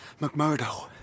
McMurdo